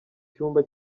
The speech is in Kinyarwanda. cyumba